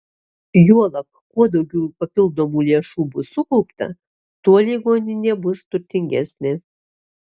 juolab kuo daugiau papildomų lėšų bus sukaupta tuo ligoninė bus turtingesnė